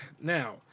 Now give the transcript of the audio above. now